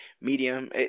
medium